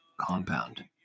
compound